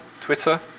Twitter